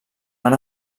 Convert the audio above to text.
van